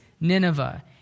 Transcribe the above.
Nineveh